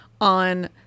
on